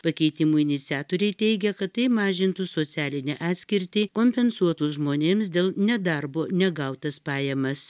pakeitimų iniciatoriai teigia kad tai mažintų socialinę atskirtį kompensuotų žmonėms dėl nedarbo negautas pajamas